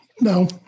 No